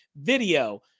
video